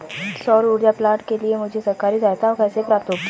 सौर ऊर्जा प्लांट के लिए मुझे सरकारी सहायता कैसे प्राप्त होगी?